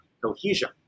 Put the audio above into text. cohesion